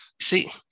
See